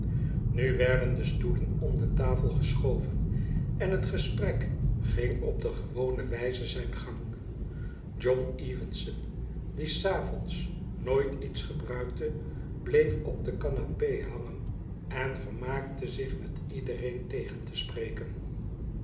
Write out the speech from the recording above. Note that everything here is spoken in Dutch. nu werden de stoelen om de tafel geschoven en het gesprek ging op de gewone wijze zijn gang john evenson die s avonds nooit iets gebruikte bleef op de canape hangen en vermaakte zich met iedereen tegen te spreken